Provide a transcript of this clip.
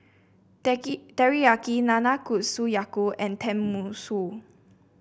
Teriyaki Nanakusa Gayu and Tenmusu